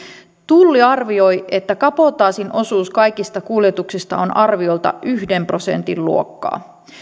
tulli arvioi että kabotaasin osuus kaikista kuljetuksista on arviolta yhden prosentin luokkaa